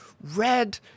red